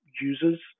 users